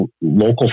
local